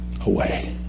away